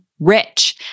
rich